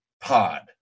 pod